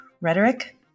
Rhetoric